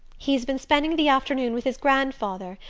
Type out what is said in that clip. he's been spending the afternoon with his grandfather,